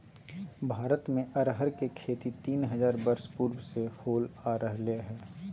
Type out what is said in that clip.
भारत में अरहर के खेती तीन हजार वर्ष पूर्व से होल आ रहले हइ